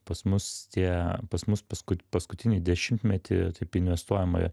pas mus tie pas mus paskut paskutinį dešimtmetį taip investuojama